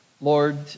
Lord